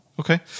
Okay